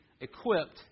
equipped